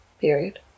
period